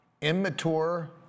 immature